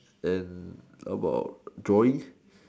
and about drawings